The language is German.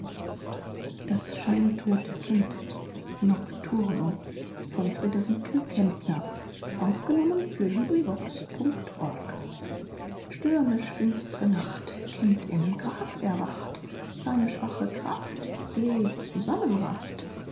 das scheintote kind nocturno stürmisch finst're nacht kind im grab erwacht seine schwache kraft jäh zusammenrafft